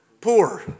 Poor